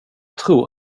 tror